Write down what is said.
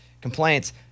complaints